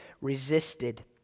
resisted